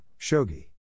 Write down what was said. Shogi